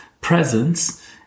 presence